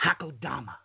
Hakodama